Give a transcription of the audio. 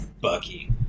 Bucky